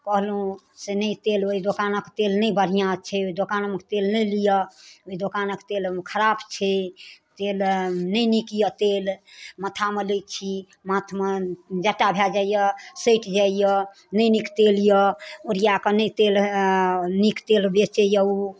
कहलहुॅं से नहि तेल ओहि दोकानक तेल नहि बढ़िआँ छै ओहि दोकानमे का तेल नहि लिअ ओहि दोकानक तेल खराब छै तेल नहि नीक यऽ तेल माथामे लै छी माथमे जट्टा भऽ जाइ यऽ सटि जाइ यऽ नहि नीक तेल यऽ ओरियाकऽ नहि तेल अऽ नीक तेल बेचैया ओ